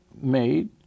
made